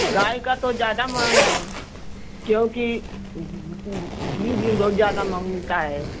गाय का तो ज़्यादा महँगा है क्योंकि घी भी ज़्यादा महँगा मिलता है